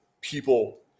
people